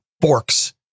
forks